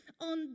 on